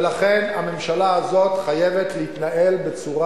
ולכן הממשלה הזאת חייבת להתנהל בצורה